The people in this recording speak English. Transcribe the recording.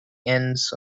ends